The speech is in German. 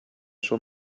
schon